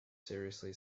seriously